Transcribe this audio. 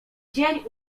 dzień